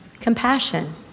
compassion